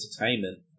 Entertainment